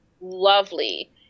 lovely